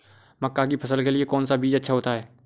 मक्का की फसल के लिए कौन सा बीज अच्छा होता है?